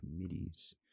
committees